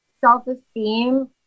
self-esteem